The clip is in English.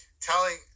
telling